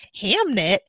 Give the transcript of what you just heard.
*Hamnet*